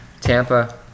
Tampa